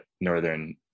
Northern